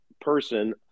person